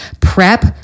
prep